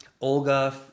Olga